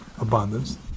abundance